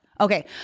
Okay